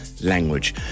language